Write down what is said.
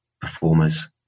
performers